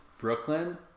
Brooklyn